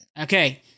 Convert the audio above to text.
Okay